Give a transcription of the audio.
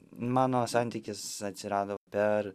mano santykis atsirado per